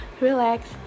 Relax